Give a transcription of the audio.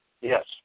Yes